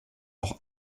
auch